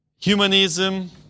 humanism